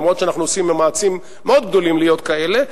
למרות שאנחנו עושים מאמצים מאוד גדולים להיות כאלה.